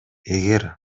эгер